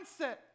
mindset